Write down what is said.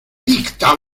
dicta